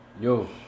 Yo